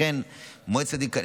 קודם כול,